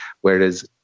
Whereas